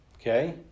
okay